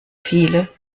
viele